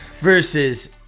versus